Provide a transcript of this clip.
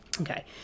Okay